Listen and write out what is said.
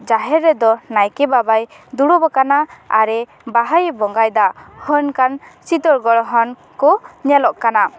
ᱡᱟᱦᱮᱨ ᱨᱮᱫᱚ ᱱᱟᱭᱠᱮ ᱵᱟᱵᱟᱭ ᱫᱩᱲᱩᱵ ᱠᱟᱱᱟ ᱟᱨᱮ ᱵᱟᱦᱟᱭᱮ ᱵᱚᱸᱜᱟᱭᱫᱟ ᱦᱚᱱᱠᱟᱱ ᱪᱤᱛᱟᱹᱨ ᱜᱚᱲᱦᱚᱱ ᱠᱚ ᱧᱮᱞᱚᱜ ᱠᱟᱱᱟ